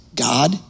God